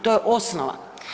To je osnova.